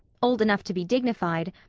old enough to be dignified,